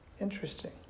Interesting